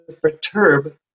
perturb